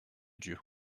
dieu